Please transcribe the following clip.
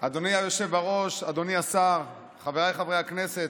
אדוני היושב בראש, אדוני השר, חבריי חברי הכנסת,